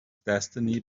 destiny